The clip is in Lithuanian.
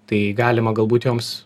tai galima galbūt joms